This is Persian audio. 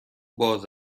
باز